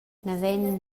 naven